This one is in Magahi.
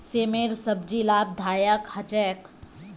सेमेर सब्जी लाभदायक ह छेक